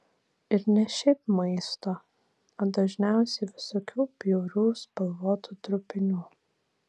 ir ne šiaip maisto o dažniausiai visokių bjaurių spalvotų trupinių